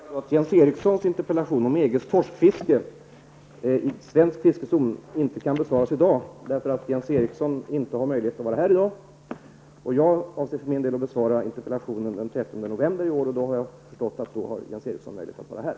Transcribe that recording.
Herr talman! Jag får meddela att Jens Erikssons interpellation om EGs torskfiske i svensk fiskezon inte kan besvaras i dag, eftersom Jens Eriksson inte har möjlighet att närvara. Jag avser att i stället besvara interpellationen den 30 november, då också Jens Eriksson har möjlighet att närvara.